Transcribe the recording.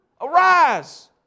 Arise